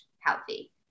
healthy